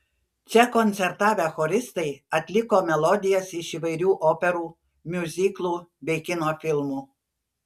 čia koncertavę choristai atliko melodijas iš įvairių operų miuziklų bei kino filmų